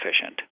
efficient